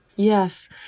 Yes